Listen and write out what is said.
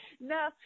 No